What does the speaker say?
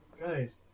guys